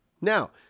Now